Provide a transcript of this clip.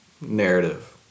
narrative